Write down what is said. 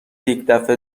یدفعه